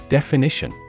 Definition